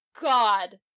God